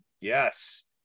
Yes